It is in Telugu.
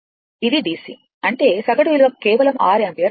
ఇది dc అంటే సగటు విలువ కేవలం 6 యాంపియర్ అవుతుంది